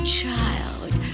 child